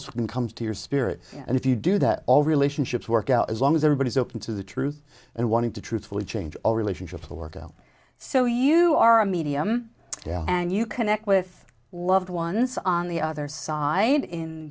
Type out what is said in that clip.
can come to your spirit and if you do that all relationships work out as long as everybody is open to the truth and wanting to truthfully change a relationship to work out so you are a medium and you connect with loved ones on the other side in